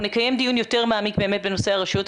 אנחנו נקיים דיון יותר מעמיק בנושא הרשויות.